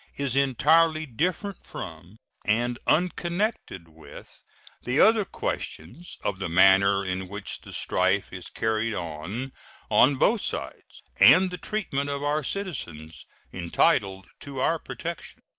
is entirely different from and unconnected with the other questions of the manner in which the strife is carried on on both sides and the treatment of our citizens entitled to our protection.